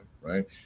Right